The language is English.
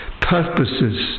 purposes